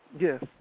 Yes